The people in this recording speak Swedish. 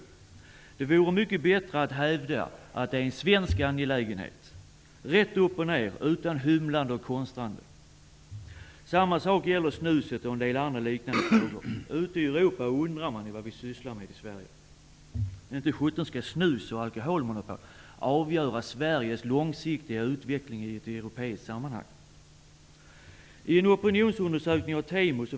Det vore mycket bättre att hävda att det är en svensk angelägenhet, rätt upp och ner, utan hymlande och konstrande. Samma sak gäller snuset och en del andra liknande frågor. Ute i Europa undrar man vad vi i Sverige sysslar med. Inte sjutton skall väl snus och alkoholmonopol avgöra Sveriges långsiktiga utveckling i ett europeiskt sammanhang.